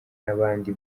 n’abandi